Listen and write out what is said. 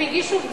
הם הגישו,